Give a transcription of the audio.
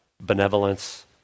benevolence